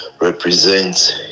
represents